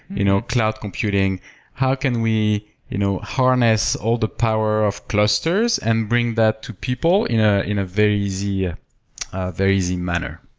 you know cloud computing how can we you know harness all the power of clusters and bring that to people in ah in a very easy ah very easy manner.